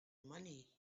money